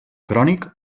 crònic